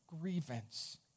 grievance